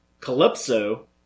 Calypso